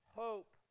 hope